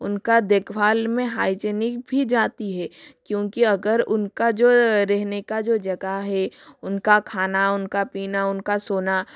उनका देखभाल में हाइजीनिक भी जाती है क्योंकि अगर उनका जो रहने का जो जगह है उनका खाना उनका पीना उनका सोना